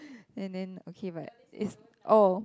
and then okay but it's oh